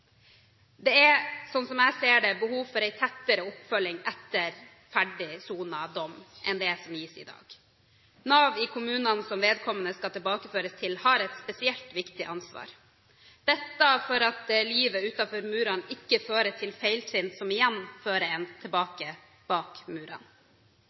Det er, sånn som jeg ser det, behov for en tettere oppfølging etter ferdig sonet dom enn det som gis i dag. Nav i kommunene som vedkommende skal tilbakeføres til, har et spesielt viktig ansvar for at livet utenfor murene ikke fører til feiltrinn som igjen fører en